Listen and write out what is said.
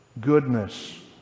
Goodness